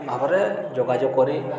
ଭାବରେ ଯୋଗାଯୋଗ କରି